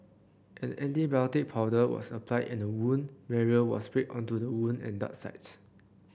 an antibiotic powder was applied and a wound barrier was sprayed onto the wound and dart sites